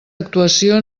actuació